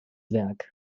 werk